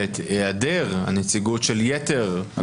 ואת היעדר הנציגות של יתר המציגים.